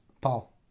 Paul